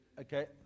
okay